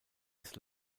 ist